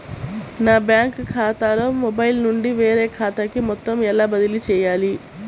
నా బ్యాంక్ ఖాతాలో మొబైల్ నుండి వేరే ఖాతాకి మొత్తం ఎలా బదిలీ చేయాలి?